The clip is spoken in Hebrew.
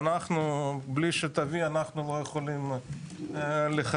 ובלי שתביא אנחנו לא יכולים לחתן,